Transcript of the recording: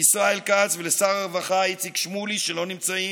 ישראל כץ ולשר הרווחה איציק שמולי, שלא נמצאים: